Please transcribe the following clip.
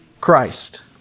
Christ